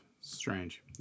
strange